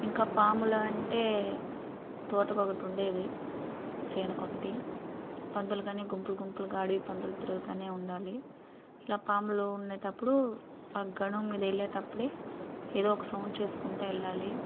ఇంకా పాములు అంటే తోటకు ఒకటి ఉండేది చేనుకొకటి పందులు కానీ గుంపులు గుంపులుగా అడవి పందులు తిరుగుతునే ఉంటాయి ఇలా పాములు ఉండేటప్పుడు గనుము మీద వెళ్ళేటప్పుడే ఏదో ఒక సౌండ్ చేసుకుంటు వెళ్ళాలి